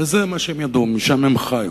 וזה מה שהם ידעו, משם הם חיו.